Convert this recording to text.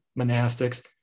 monastics